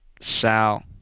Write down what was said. Sal